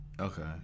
Okay